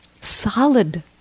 solid